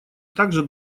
также